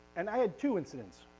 and i had two incidents.